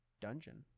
dungeon